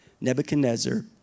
Nebuchadnezzar